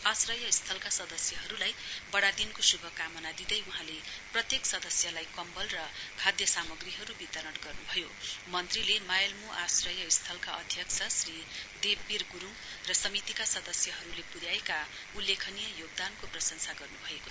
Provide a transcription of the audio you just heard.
आश्रयस्थलका सदस्यहरूलाई बड़ादिनको शुभकामना दिँदै वहाँले प्रत्येक सदस्यलाई कम्बल र खाद्य सामग्रीहरू वितरण गर्नुभयो मन्त्रीले मायेलम् आश्रयस्थलका अध्यक्ष श्री देव बीर गुरुङ र समितिका सदस्यहरूले पुन्याएका उल्लेखनीय योगदानको प्रशंसा गर्नुभएको छ